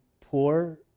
poor